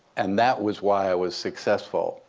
and that was why i was successful.